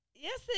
Yes